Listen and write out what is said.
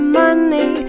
money